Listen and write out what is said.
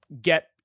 get